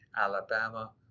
alabama